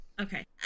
Okay